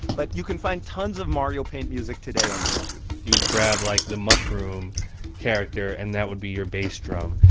but you can find tons of mario paint music today on youtube you would grab, like, the mushroom character, and that would be your bass drum.